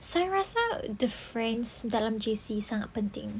saya rasa the friends dalam J_C sangat penting